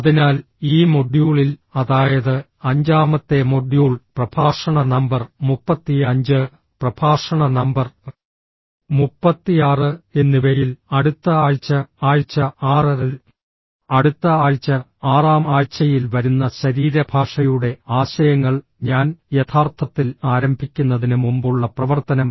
അതിനാൽ ഈ മൊഡ്യൂളിൽ അതായത് അഞ്ചാമത്തെ മൊഡ്യൂൾ പ്രഭാഷണ നമ്പർ 35 പ്രഭാഷണ നമ്പർ 36 എന്നിവയിൽ അടുത്ത ആഴ്ച ആഴ്ച 6 ൽ അടുത്ത ആഴ്ച ആറാം ആഴ്ചയിൽ വരുന്ന ശരീരഭാഷയുടെ ആശയങ്ങൾ ഞാൻ യഥാർത്ഥത്തിൽ ആരംഭിക്കുന്നതിന് മുമ്പുള്ള പ്രവർത്തനം